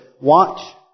Watch